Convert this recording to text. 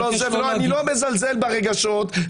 אני לא מזלזל ברגשות.